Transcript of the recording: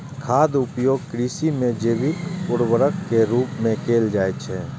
खादक उपयोग कृषि मे जैविक उर्वरक के रूप मे कैल जाइ छै